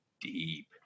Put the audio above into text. deep